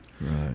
Right